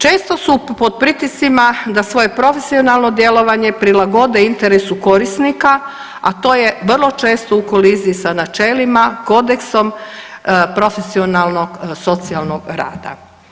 Često su pod pritiscima da svoje profesionalno djelovanje prilagode interesu korisnika, a to je vrlo često u koliziji sa načelima, kodeksom profesionalnog socijalnog rada.